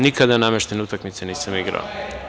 Nikada nameštene utakmice nisam igrao.